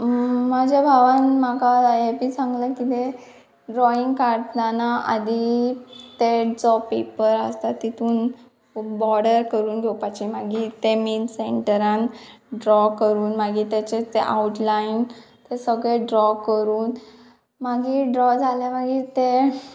म्हाज्या भावान म्हाका हे बी सांगलें कितें ड्रॉईंग काडटना आदी ते जो पेपर आसता तितून बॉर्डर करून घेवपाची मागीर ते मेन सेंटरान ड्रॉ करून मागीर तेचे तें आवटलायन ते सगळे ड्रॉ करून मागीर ड्रॉ जाले मागीर ते